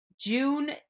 June